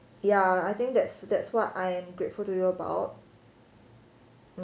ya I think that's that's what I am grateful to you about